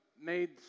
made